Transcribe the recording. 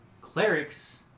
Clerics